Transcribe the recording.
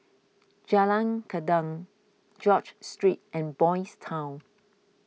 Jalan Gendang George Street and Boys' Town